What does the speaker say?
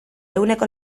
ehuneko